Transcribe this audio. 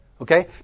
Okay